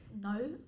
no